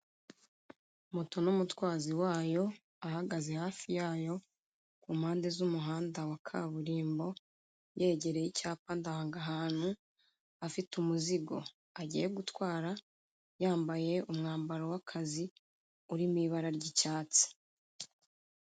Moto n'umutwazi wayo ahagaze hafi yayo, impande z'umuhanda wa kaburimbo, yegereye icyapa ndangahantu, afite umuzigo agiye gutwara, yambaye umwambaro w'akazi urimo ibara ry'icyatsi.